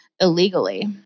illegally